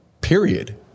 period